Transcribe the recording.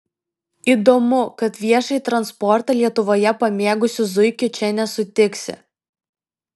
įdomu kad viešąjį transportą lietuvoje pamėgusių zuikių čia nesutiksi